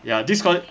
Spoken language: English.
ya this call it